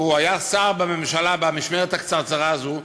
שהיה שר בממשלה במשמרת הקצרצרה הזו,